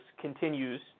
continues